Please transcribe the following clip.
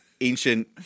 Ancient